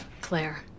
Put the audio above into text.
Claire